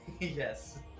Yes